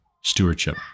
stewardship